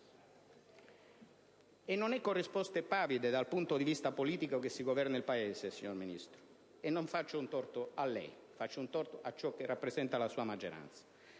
Non è con risposte pavide dal punto di vista politico che si governa il Paese, signor Ministro - e non faccio un torto a lei, ma a ciò che rappresenta la sua maggioranza